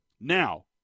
Now